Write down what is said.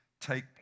take